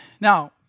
Now